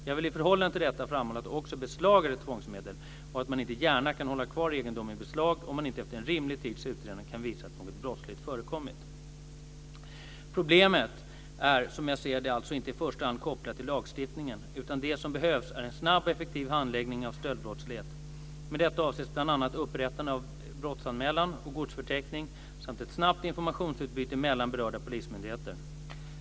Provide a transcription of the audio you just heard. Jag vill i förhållande till detta framhålla att också beslag är ett tvångsmedel och att man inte gärna kan hålla kvar egendom i beslag om man inte efter en rimlig tids utredande kan visa att något brottsligt förekommit. Problemet är, som jag ser det, alltså inte i första hand kopplat till lagstiftningen, utan det som behövs är en snabb och effektiv handläggning av stöldbrottslighet. Med detta avses bl.a. upprättande av brottsanmälan och godsförteckning samt ett snabbt informationsutbyte mellan berörda polismyndigheter.